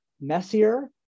messier